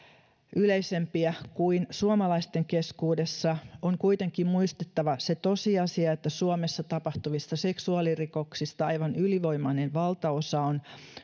yleisempiä kuin suomalaisten keskuudessa on kuitenkin muistettava se tosiasia että suomessa tapahtuvista seksuaalirikoksista aivan ylivoimainen valtaosa on